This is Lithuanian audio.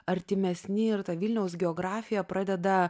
artimesni ir tą vilniaus geografija pradeda